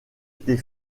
était